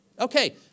Okay